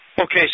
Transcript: Okay